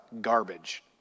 garbage